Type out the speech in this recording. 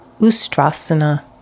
Ustrasana